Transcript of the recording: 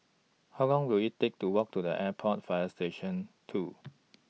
How Long Will IT Take to Walk to The Airport Fire Station two